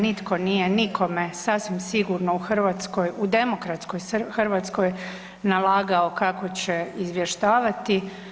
Nitko nije nikome sasvim sigurno u Hrvatskoj u demokratskoj Hrvatskoj nalagao kako će izvještavati.